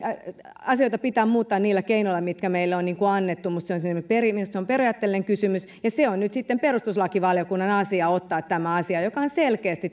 asioita pitää muuttaa niillä keinoilla mitkä meille on annettu mutta se on periaatteellinen kysymys ja on nyt sitten perustuslakivaliokunnan asia ottaa tämä asia joka on selkeästi